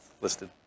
listed